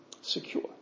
secure